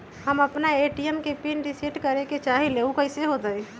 हम अपना ए.टी.एम के पिन रिसेट करे के चाहईले उ कईसे होतई?